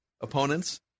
opponents